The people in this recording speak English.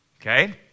okay